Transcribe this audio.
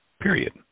Period